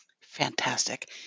Fantastic